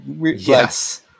Yes